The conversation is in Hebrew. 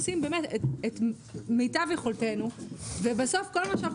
עושים באמת את מיטב יכולתנו ובסוף כל מה שאנחנו